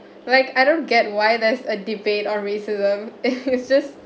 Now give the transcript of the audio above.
like I don't get why there's a debate on racism it's just